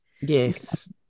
Yes